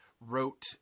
wrote